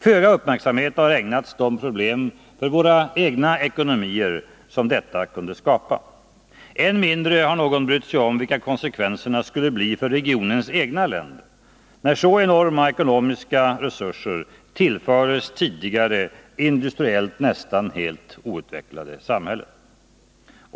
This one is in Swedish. Föga uppmärksamhet har ägnats de problem för våra egna ekonomier som detta kunde skapa. Än mindre har någon brytt sig om vilka konsekvenserna skulle bli för regionens egna länder när så enorma ekonomiska resurser tillfördes tidigare industriellt nästan helt outvecklade samhällen.